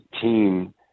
team